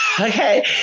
Okay